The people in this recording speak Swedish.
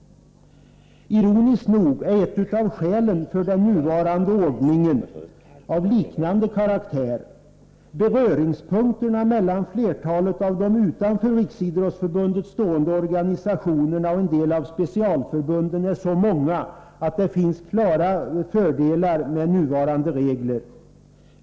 Ironiskt nog är ett av skälen för den nuvarande ordningen av liknande karaktär. Beröringspunkterna mellan flertalet av de utanför Riksidrottsförbundet stående organisationerna och en del av specialförbunden är så många att det finns klara fördelar med nuvarande regler.